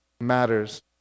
matters